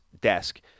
desk